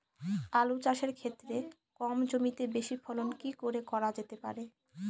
আলু চাষের ক্ষেত্রে কম জমিতে বেশি ফলন কি করে করা যেতে পারে?